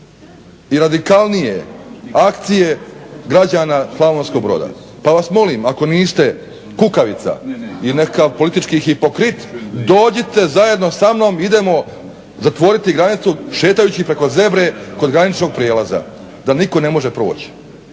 i radikalnije akcije građana Slavonskog Broda. Pa vas molim ako niste kukavica i nekakav politički hipokrit dođite zajedno sa mnom idemo zatvoriti granicu šetajući preko zebre kod graničnog prijelaza da nitko ne može proć.